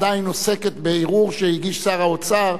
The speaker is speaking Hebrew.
עדיין עוסקת בערעור שהגיש שר האוצר.